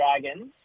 dragons